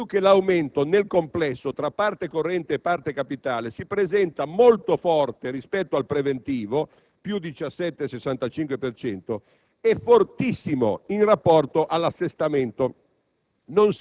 tanto più che l'aumento nel complesso, tra parte corrente e parte capitale, si presenta molto forte rispetto al preventivo (+17,65 per cento) e fortissimo in rapporto all'assestamento.